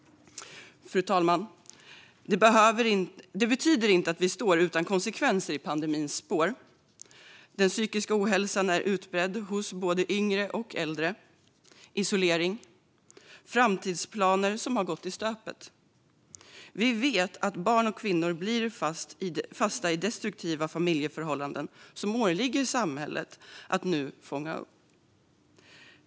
Fru talman! Det här betyder inte att vi står utan konsekvenser i pandemins spår. Den psykiska ohälsan är utbredd hos både yngre och äldre. Det har varit isolering och framtidsplaner som har gått i stöpet. Vi vet att barn och kvinnor fastnar i destruktiva familjeförhållanden, och det åligger nu samhället att fånga upp dem.